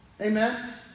Amen